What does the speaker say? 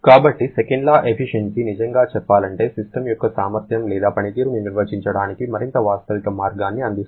కాబట్టి second law efficiency నిజంగా చెప్పాలంటే సిస్టమ్ యొక్క సామర్థ్యం లేదా పనితీరును నిర్వచించడానికి మరింత వాస్తవిక మార్గాన్ని అందిస్తుంది